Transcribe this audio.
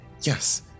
Yes